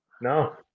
No